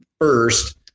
first